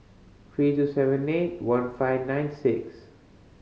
three two seven eight one five nine six